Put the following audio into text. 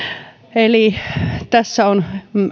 eli tässä on